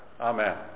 Amen